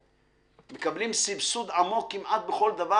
הם מקבלים סבסוד עמוק כמעט בכל דבר,